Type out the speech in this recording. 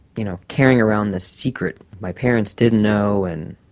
you know, carrying around this secret. my parents didn't know and